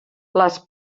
les